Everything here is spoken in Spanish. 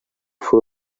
fue